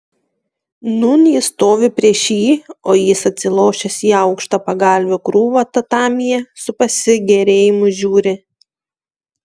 nūn ji stovi prieš jį o jis atsilošęs į aukštą pagalvių krūvą tatamyje su pasigėrėjimu žiūri